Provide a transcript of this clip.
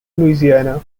louisiana